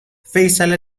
فیصله